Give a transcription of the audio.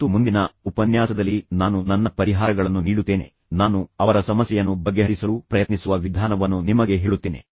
ಮತ್ತು ಮುಂದಿನ ಉಪನ್ಯಾಸದಲ್ಲಿ ನಾನು ನನ್ನ ಪರಿಹಾರಗಳನ್ನು ನೀಡುತ್ತೇನೆ ನಾನು ಅವರ ಸಮಸ್ಯೆಯನ್ನು ಬಗೆಹರಿಸಲು ಪ್ರಯತ್ನಿಸುವ ವಿಧಾನವನ್ನು ನಿಮಗೆ ಹೇಳುತ್ತೇನೆ